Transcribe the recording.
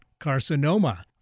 carcinoma